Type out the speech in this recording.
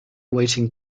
waiting